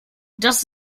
das